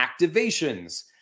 activations